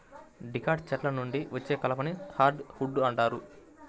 dicot చెట్ల నుండి వచ్చే కలపని హార్డ్ వుడ్ అంటారు